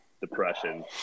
depression